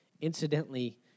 Incidentally